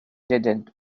didn’t